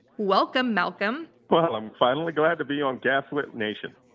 welcome, malcolm. well, i'm finally glad to be on gaslit nation.